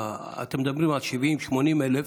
אתם מדברים על 80,000-70,000,